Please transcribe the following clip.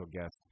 guest